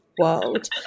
world